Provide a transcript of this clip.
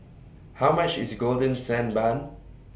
How much IS Golden Sand Bun